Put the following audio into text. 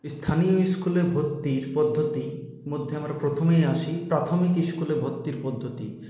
স্থানীয় স্কুলে ভর্তির পদ্ধতি মধ্যে আমরা প্রথমেই আসি প্রাথমিক স্কুলে ভর্তির পদ্ধতি